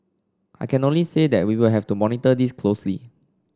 I can only say that we will have to monitor this closely